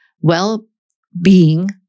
well-being